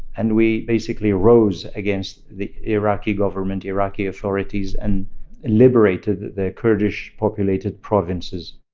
and we basically rose against the iraqi government, iraqi authorities and liberated the kurdish-populated provinces.